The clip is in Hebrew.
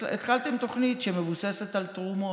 והתחלתם תוכנית שמבוססת על תרומות,